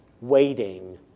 waiting